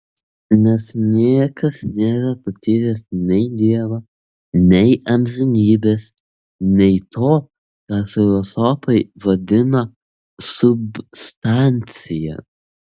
nes niekas nėra patyręs nei dievo nei amžinybės nei to ką filosofai vadina substancija